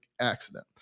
accident